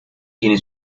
tiene